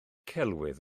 celwydd